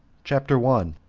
chapter one.